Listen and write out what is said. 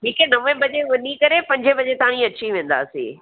ठीकु आहे नवें बजे वञी करे पंजे बजे ताईं अची वेंदासीं